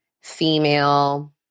female